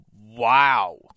Wow